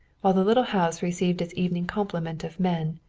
while the little house received its evening complement of men,